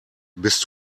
bist